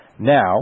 Now